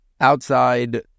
Outside